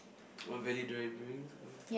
what value do I bring to